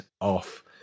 off